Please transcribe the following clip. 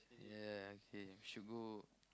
ya okay you should go